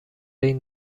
این